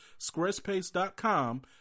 Squarespace.com